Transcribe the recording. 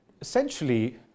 essentially